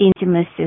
intimacy